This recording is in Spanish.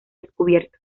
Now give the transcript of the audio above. descubierto